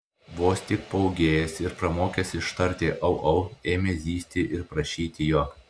vos tik paūgėjęs ir pramokęs ištarti au au ėmė zyzti ir prašyti jo